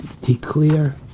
declare